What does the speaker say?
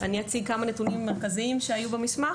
אני אציג כמה נתונים מרכזיים שהיו במסמך,